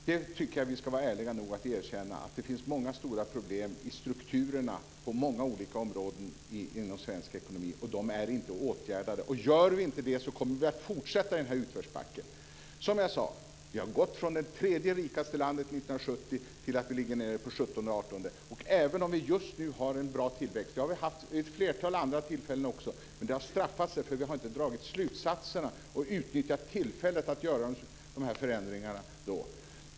Jag tycker vi ska vara ärliga nog att erkänna att det finns många stora problem i strukturerna på många olika områden inom svensk ekonomi, och de är inte åtgärdade. Och gör vi inte det kommer vi att fortsätta i den här utförsbacken. Som jag sade: Vi har gått från det tredje rikaste landet 1970 till att ligga på sjuttonde artonde plats. Just nu har vi en bra tillväxt, men det har vi också haft vid ett flertal andra tillfällen. Och det har straffat sig därför att vi inte har dragit slutsatserna och utnyttjat tillfällena till att göra förändringar.